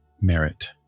merit